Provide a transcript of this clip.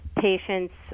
patients